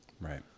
Right